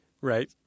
right